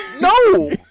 No